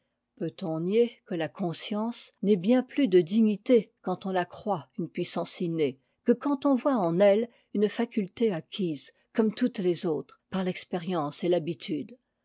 peut-on nier que la conscience n'ait bien plus de dignité quand on la croit une puissance innée que quand on voit en elle une faculté acquise comme toutes les autres par t'expérienee et l'habitude